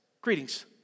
greetings